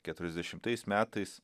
keturiasdešimtais metais